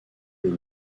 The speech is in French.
lieu